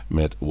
met